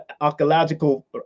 archaeological